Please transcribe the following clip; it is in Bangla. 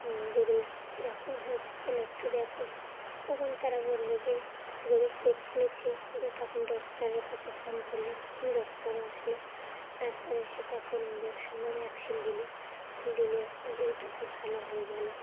গরুর এরকম হয়েছে কেন একটু দেখো তখন তারা বললো যে গরুর পেট ফুলেছে তখন ডক্টরের কাছে ফোন করলাম ডক্টর আসলো ডাক্তার এসে তখন ইঞ্জেকশান বা ভ্যাকসিন দিল দিলে গরুটাকে ভালো হয়ে গেলো